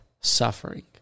suffering